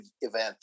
event